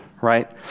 right